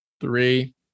three